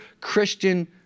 Christian